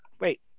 Wait